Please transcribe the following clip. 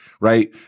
right